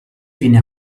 viene